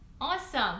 Awesome